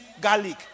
garlic